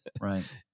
Right